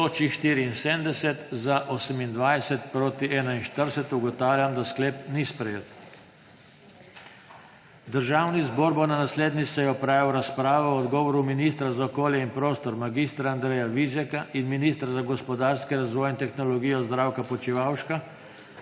(Za je glasovalo 28.) (Proti 41.) Ugotavljam, da sklep ni sprejet. Državni zbor bo na naslednji seji opravil razpravo o odgovoru ministra za okolje in prostor mag. Andreja Vizjaka in ministra za gospodarski razvoj in tehnologijo Zdravka Počivalška